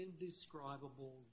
indescribable